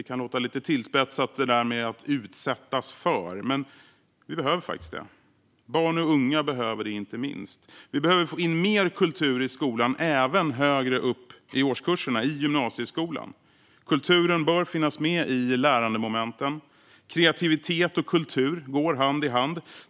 Det kan låta lite tillspetsat att säga "utsättas för", men vi behöver faktiskt det. Inte minst barn och unga behöver det. Vi behöver få in mer kultur i skolan, även högre upp i årskurserna och i gymnasieskolan. Kulturen bör finnas med i lärandemomenten. Kreativitet och kultur går hand i hand.